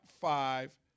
five